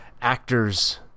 actors